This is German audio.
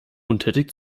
untätig